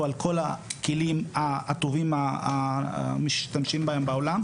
על כל הכלים הטובים שמשתמשים בהם בעולם.